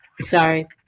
sorry